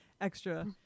extra